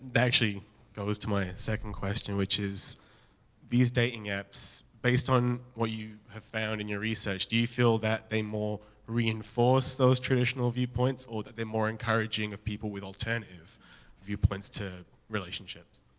actually goes to my second question, which is these dating apps, based on what you have found in your research, do you feel that they more reinforce those traditional view points or that they're more encouraging of people with alternative view points to relationships?